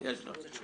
יש לך.